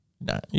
No